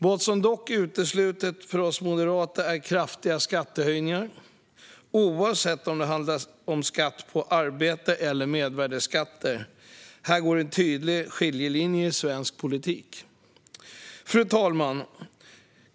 Vad som dock är uteslutet för oss moderater är kraftiga skattehöjningar, oavsett om det handlar om skatt på arbete eller om mervärdesskatter. Här går en tydlig skiljelinje i svensk politik. Fru talman!